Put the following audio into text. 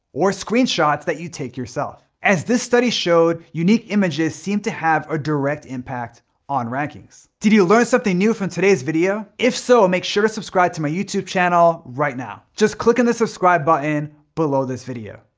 or screenshots that you take yourself. as this study showed, unique images seem to have a direct impact on rankings. did you learn something new from today's video? if so, make sure to subscribe to my youtube channel right now. just click on the subscribe button below this video.